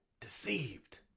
deceived